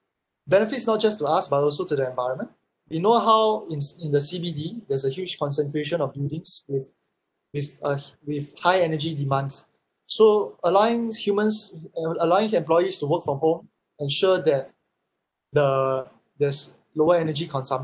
benefits not just to us but also to the environment you know how in in the C_B_D there's a huge concentration of buildings with with a with high energy demands so allowing humans or you know allowing employees to work from home ensure that the there's lower energy consumption